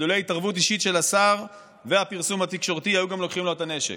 ולולא התערבות אישית של השר והפרסום התקשורתי היו גם לוקחים לו את הנשק.